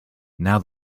now